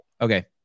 Okay